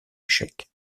échec